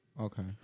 Okay